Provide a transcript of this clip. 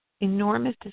enormous